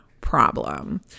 problem